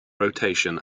rotation